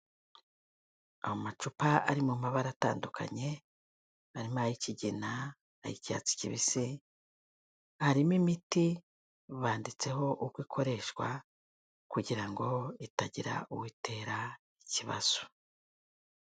Amacupa ari mu mabara atandukanye harimo ay'ikigina, ay'icyatsi kibisi, harimo imiti banditseho uko ikoreshwa kugira ngo itagira uwo itera ikibazo.